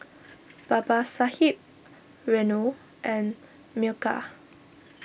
Babasaheb Renu and Milkha